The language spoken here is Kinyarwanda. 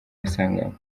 asanganywe